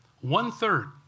One-third